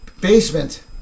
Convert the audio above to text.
basement